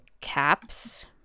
caps